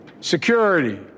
security